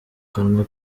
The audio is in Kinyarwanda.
kanwa